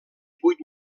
vuit